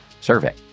survey